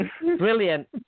Brilliant